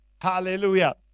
Hallelujah